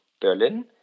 Berlin